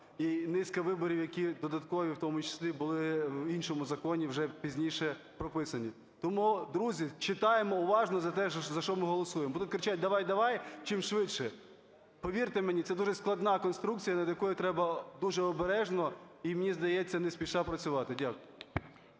і низка виборів, які додаткові в тому числі були в іншому законі вже пізніше прописані. Тому, друзі, читаймо уважно за те, за що ми голосуємо. Будуть кричати: "Давай! Давай чимшвидше!" Повірте мені, це дуже складна конструкція, над якою треба дуже обережно і, мені здається, не спеша працювати. Дякую.